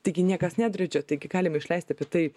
taigi niekas nedraudžia taigi galim išleisti apie tai